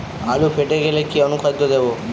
আলু ফেটে গেলে কি অনুখাদ্য দেবো?